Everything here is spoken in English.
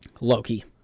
Loki